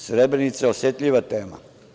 Srebrenica je osetljiva tema.